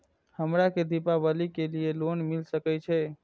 हमरा के दीपावली के लीऐ लोन मिल सके छे?